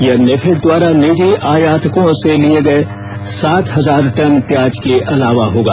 यह नेफेड द्वारा निजी आयातकों से लिये गए सात हजार टन प्याज के अलावा होगा